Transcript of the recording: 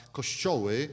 kościoły